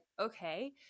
okay